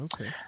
Okay